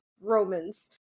Romans